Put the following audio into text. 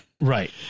Right